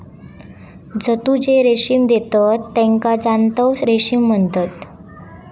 जंतु जे रेशीम देतत तेका जांतव रेशीम म्हणतत